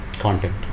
content